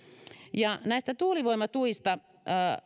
näistä tuulivoimatuista